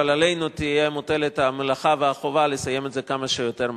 אבל עלינו מוטלות המלאכה והחובה לסיים את זה כמה שיותר מהר.